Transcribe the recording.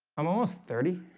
i'm almost thirty